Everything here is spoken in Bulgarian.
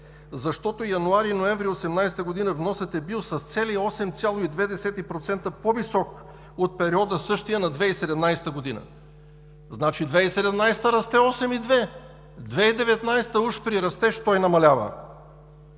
защото януари-ноември 2018 г. вносът е бил с цели 8,2% по-висок от същия период на 2017 г. Значи в 2017 г. расте 8,2%, а в 2019 г., уж при растеж, той намалява.